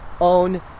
own